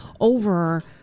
over